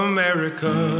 America